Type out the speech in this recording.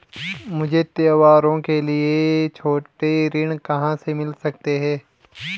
मुझे त्योहारों के लिए छोटे ऋण कहाँ से मिल सकते हैं?